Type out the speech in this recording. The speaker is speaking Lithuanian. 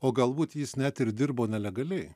o galbūt jis net ir dirbo nelegaliai